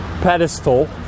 pedestal